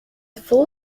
full